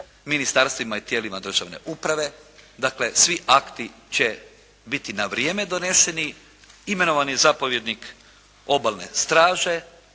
ministarstvima i tijelima državne uprave, dakle svi akti će biti na vrijeme doneseni. Imenovan je zapovjednik Obalne straže.